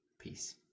Peace